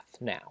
now